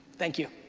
thank you.